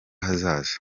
hazaza